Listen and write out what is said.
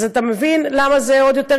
אז אתה מבין למה זה עוד יותר,